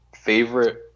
Favorite